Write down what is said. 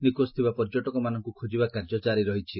ନିଖୋଜ ଥିବା ପର୍ଯ୍ୟଟକମାନଙ୍କୁ ଖୋଜିବା କାର୍ଯ୍ୟ କାରି ରହିଛି